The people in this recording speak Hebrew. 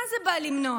מה זה בא למנוע?